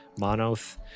Monoth